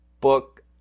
book